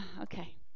Okay